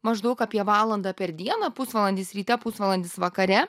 maždaug apie valandą per dieną pusvalandis ryte pusvalandis vakare